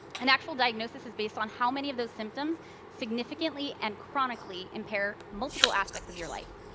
an actual diagnosis is based on how many of those symptoms significantly and chronically impair multiple aspects of your life.